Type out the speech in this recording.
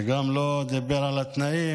וגם לא דיבר על התנאים